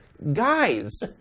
Guys